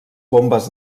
bombes